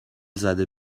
زده